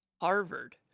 harvard